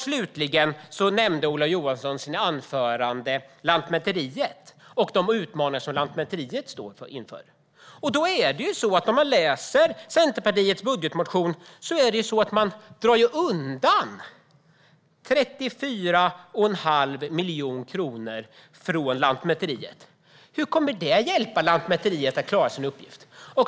Slutligen nämnde Ola Johansson i sitt anförande de utmaningar som Lantmäteriet står inför. I Centerpartiets budgetmotion framgår det att man drar undan 34 1⁄2 miljon kronor från Lantmäteriet. Hur kommer det att hjälpa Lantmäteriet att klara sin uppgift?